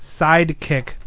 Sidekick